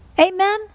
Amen